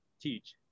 teach